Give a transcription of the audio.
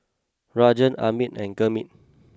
Rajan Amit and Gurmeet